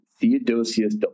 Theodosius